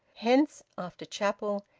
hence, after chapel,